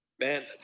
man